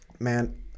man